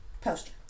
Poster